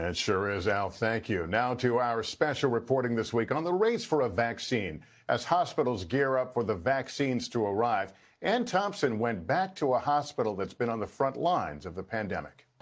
sure is, al, thank you. now to our special reporting this week on the race for a vaccine as hospitals gear up for the vaccines to arrive ann thompson went back to a hospital that's been on the front lines of the pandemic.